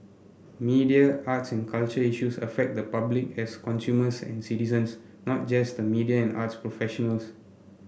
media arts and culture issues affect the public as consumers and citizens not just the media and arts professionals